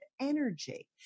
energy